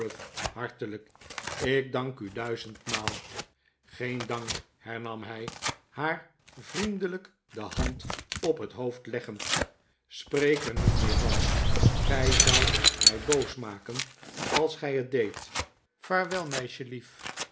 hartelijk ik dank u duizend maal geen dank hernam hij haar vriendelijk de hand op het hoofd leggend spreek er niet meer van gij zoudt mij boos maken als gij het deedt vaarwel meisjelief